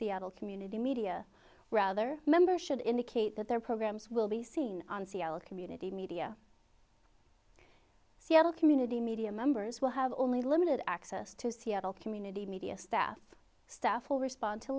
seattle community media rather member should indicate that their programs will be seen on c l community media seattle community media members will have only limited access to seattle community media staff staff will respond to